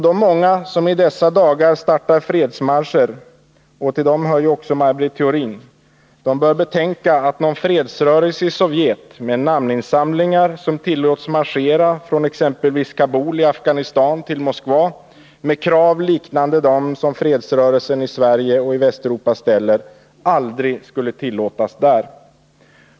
De många som i dessa dagar startar fredsmarscher — och till dem hör också Maj Britt Theorin — bör betänka att någon fredsrörelse i Sovjet, med namninsamlingar, som skulle marschera från exempelvis Kabul i Afghanistan till Moskva, med krav liknande dem som fredsrörelsen i Sverige och Västeuropa ställer, aldrig skulle tillåtas där.